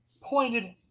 pointed